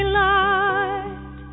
light